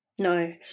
No